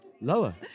Lower